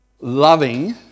loving